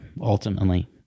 ultimately